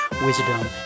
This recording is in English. wisdom